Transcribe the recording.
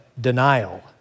denial